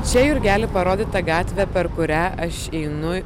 čia jurgeli parodyta gatvė per kurią aš einu